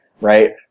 right